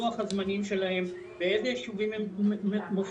לוח הזמנים שלהם, באיזה יישובים הם מופיעים?